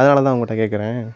அதனால் தான் உங்கள்கிட்ட கேட்குறேன்